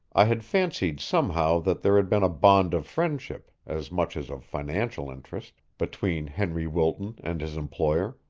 i had fancied somehow that there had been a bond of friendship, as much as of financial interest, between henry wilton and his employer,